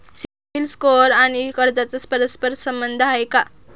CIBIL score आणि कर्जाचा परस्पर संबंध आहे का?